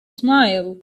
smile